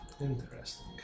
Interesting